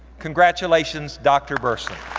congratulations, dr. burson.